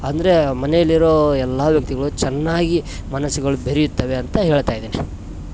ಅಂದರೆ ಮನೆಯಲ್ಲಿರೋ ಎಲ್ಲಾ ವ್ಯಕ್ತಿಗಳು ಚೆನ್ನಾಗಿ ಮನಸ್ಸುಗಳು ಬೆರೆಯುತ್ತವೆ ಅಂತ ಹೇಳ್ತಾ ಇದ್ದೀನಿ